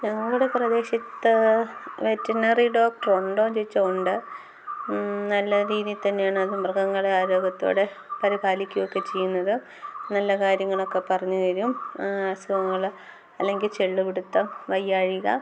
ഞങ്ങളുടെ പ്രദേശത്ത് veterinary doctor ഉണ്ടോ ചോദിച്ചാൽ ഉണ്ട് നല്ല രീതി തന്നെയാണ് അത് മൃഗങ്ങളെ ആരോഗ്യത്തോടെ പരിപാലിക്കുകയൊക്കെ ചെയ്യുന്നത് നല്ല കാര്യങ്ങളൊക്കെ പറഞ്ഞു തരും അസുഖങ്ങൾ അല്ലെങ്കിൽ ചെള്ള് പിടുത്തം വയ്യായിക